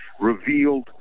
revealed